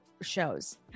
shows